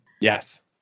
Yes